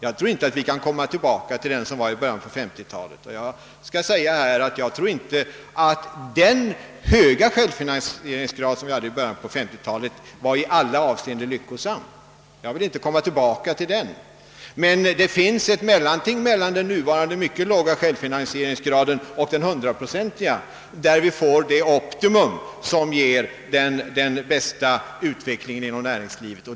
Jag tror dock inte att vi kan komma tillbaka till en så höggradig självfinansiering som i början av 1950 talet. Den höga självfinansieringsgrad som vi då hade var nog inte i alla avseenden lyckosam. Jag vill inte ha den tillbaka. Det finns dock ett mellanting mellan den nuvarande mycket låga självfinansieringsgraden och den 100 procentiga, där vi får det optimum som ger den bästa utvecklingen inom näringslivet.